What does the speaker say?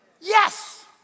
Yes